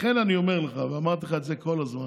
לכן אני אומר לך, ואמרתי לך את זה כל הזמן,